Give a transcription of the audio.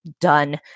Done